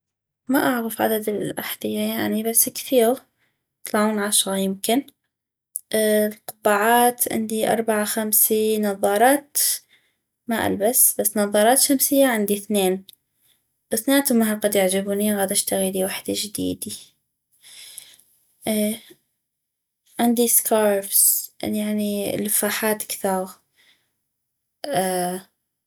ما اعغف عدد الاحذية يعني بس كثيغ يطلعون عشغة يمكن القبعات عندي اربعة خمسي نظارات ما البس بس نظارات شمسية عندي اثنين اثنيناتم ما هلقد يعجبوني ينغاد اشتغيلي وحدي جديدي اي عندي سكارفس يعني يعني لفاحات كثاغ